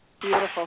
Beautiful